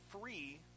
free